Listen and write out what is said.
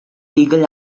legal